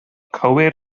cywir